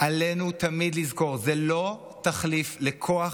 עלינו תמיד לזכור: זה לא תחליף לכוח